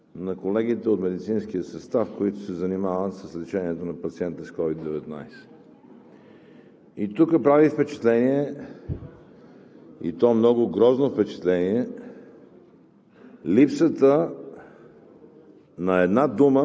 така нареченото подпомагане на колегите от медицинския състав, които се занимават с лечението на пациенти с COVID-19. Тук прави впечатление, и то много грозно впечатление,